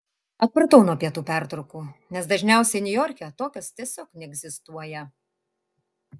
atpratau nuo pietų pertraukų nes dažniausiai niujorke tokios tiesiog neegzistuoja